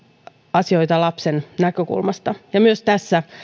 asioita lapsen näkökulmasta ja myös tässä